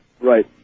Right